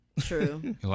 True